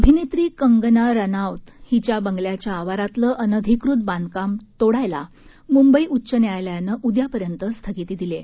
अभिनेत्री कंगना रानौत हिच्या बंगल्याच्या आवारातलं अनधिकृत बांधकाम तोडायला मुंबई उच्च न्यायालयानं उद्यापर्यंत स्थगिती दिली आहे